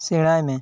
ᱥᱮᱬᱟᱭ ᱢᱮ